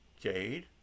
Jade